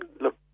Look